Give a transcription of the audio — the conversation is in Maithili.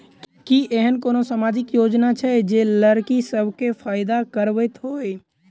की एहेन कोनो सामाजिक योजना छै जे लड़की सब केँ फैदा कराबैत होइ?